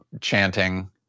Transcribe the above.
chanting